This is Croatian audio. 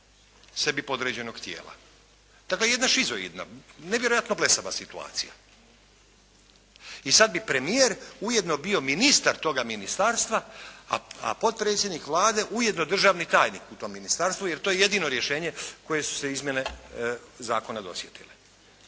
sebi podređenog tijela. Dakle, jedna šizoidna, nevjerojatno blesava situacija. I sad bi premijer ujedno bio ministar toga ministarstva a potpredsjednik ujedno državni tajnik u tom ministarstvu je to je jedino rješenje koje su izmjene zakona dosjetile,